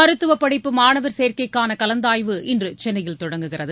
மருத்துவ படிப்பு மாணவர் சேர்க்கைக்கான கலந்தாய்வு இன்று சென்னையில் தொடங்குகிறது